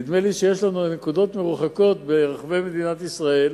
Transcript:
נדמה לי שיש נקודות מרוחקות ברחבי מדינת ישראל,